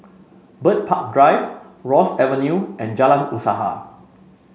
Bird Park Drive Ross Avenue and Jalan Usaha